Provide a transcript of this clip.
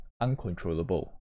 uncontrollable